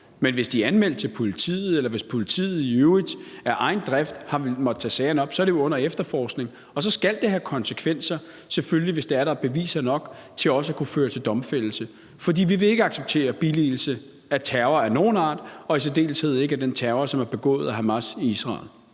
Men hvis de er anmeldt til politiet, eller hvis politiet i øvrigt af egen drift måtte have taget sagerne op, er det jo under efterforskning, og så skal det selvfølgelig have konsekvenser, hvis der er beviser nok til, at det kan føre til domfældelse. For vi vil ikke acceptere billigelse af terror af nogen art og i særdeleshed ikke af den terror, som er begået af Hamas i Israel.